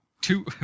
Two